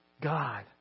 God